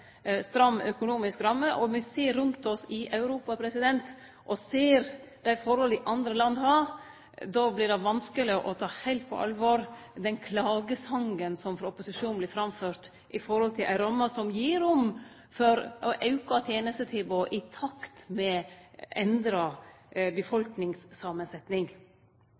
stram økonomisk ramme. Me ser rundt oss i Europa, og ser dei forholda andre land har, då blir det vanskeleg å ta heilt på alvor den klagesangen som blir framført frå opposisjonen, og som gjeld ei ramme som gir rom for auka tenestetilbod i takt med endra